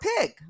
pig